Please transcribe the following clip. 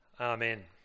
Amen